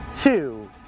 two